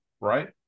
right